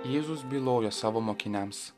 jėzus bylojo savo mokiniams